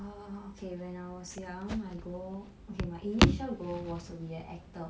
oh okay when I was young my goal okay my initial goal was to be an actor